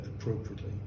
appropriately